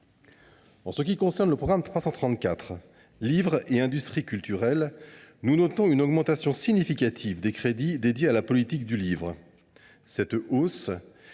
En ce qui concerne le programme 334 « Livre et industries culturelles », nous notons une augmentation significative des crédits alloués à la politique du livre. Cette hausse